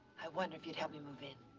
i wonder if you'd help me move in?